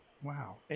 Wow